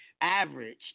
Average